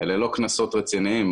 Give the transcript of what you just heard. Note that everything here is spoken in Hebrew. אלה לא קנסות רציניים.